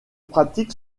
pratique